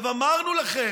עכשיו אמרנו לכם,